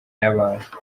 y’abantu